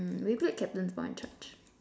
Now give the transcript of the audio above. we played captain's ball in church